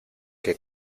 que